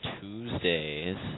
Tuesdays